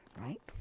Right